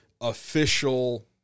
official